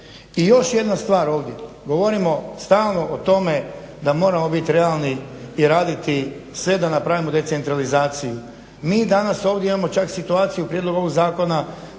I još jedna stvar ovdje govorimo stalno o tone da moram biti realni i raditi sve da napravimo decentralizaciju. Mi danas ovdje imamo čak situaciju prijedlogom ovog zakona